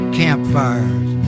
campfires